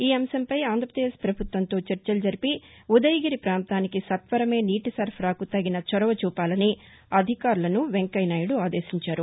ఈ అంశంపై ఆంధ్రాపదేశ్ ప్రభుత్వంతో చర్చలు జరిపి ఉదయగిరి ప్రాంతానికి సత్వరమే నీటి సరఫరాకు తగిన చొరవ చూపాలని అధికారులను వెంకయ్య నాయుడు ఆదేశించారు